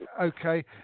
Okay